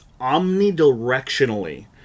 omnidirectionally